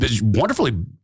wonderfully